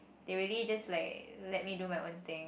they really just like let me do my own thing